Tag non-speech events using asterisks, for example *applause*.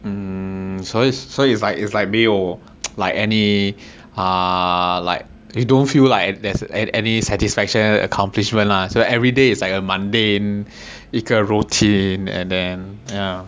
mm 所以所以 like it's like it's like 没有 *noise* like any uh like you don't feel like there's any satisfaction accomplishment lah so everyday is like a mundane week of routine and then yeah